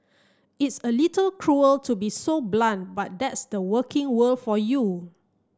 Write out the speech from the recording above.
it's a little cruel to be so blunt but that's the working world for you